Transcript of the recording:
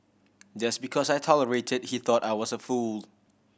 just because I tolerated he thought I was a fool